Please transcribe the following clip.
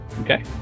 Okay